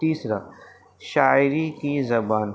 تیسرا شاعری کی زبان